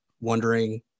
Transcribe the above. wondering